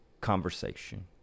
Conversation